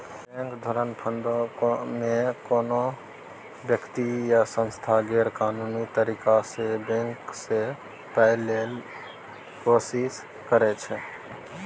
bank धुरफंदीमे कोनो बेकती या सँस्था गैरकानूनी तरीकासँ बैंक सँ पाइ लेबाक कोशिश करै छै